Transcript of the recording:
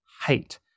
height